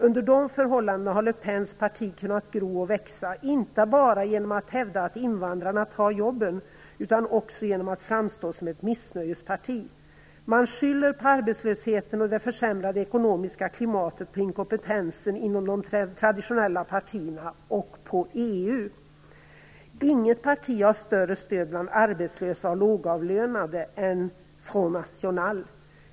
Under de förhållandena har Le Pens parti kunnat gro och växa, inte bara genom att hävda att invandrarna tar jobben utan också genom att framstå som ett missnöjesparti. Man skyller arbetslösheten och det försämrade ekonomiska klimatet på inkompetensen inom de traditionella partierna och på EU. Inget parti har större stöd bland arbetslösa och lågavlönade än Front National.